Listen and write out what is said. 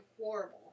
horrible